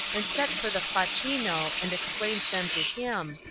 and sent for the facchino and explained them to him,